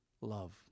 love